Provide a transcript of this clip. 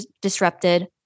disrupted